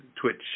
Twitch